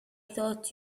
thought